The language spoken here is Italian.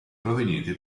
provenienti